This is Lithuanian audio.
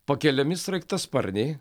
pakeliami sraigtasparniai